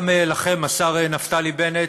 גם לכם, השר נפתלי בנט,